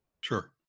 Sure